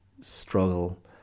struggle